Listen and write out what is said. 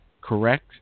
correct